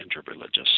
interreligious